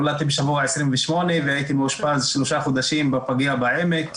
נולדתי בשבוע ה-28 והייתי מאושפז שלושה חודשים בפגיה בעמק.